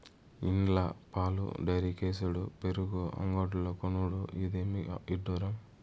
ఇండ్ల పాలు డైరీకేసుడు పెరుగు అంగడ్లో కొనుడు, ఇదేమి ఇడ్డూరం